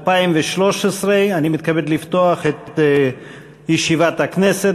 אני מתכבד לפתוח את ישיבת הכנסת.